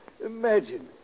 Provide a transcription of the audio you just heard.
Imagine